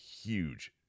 huge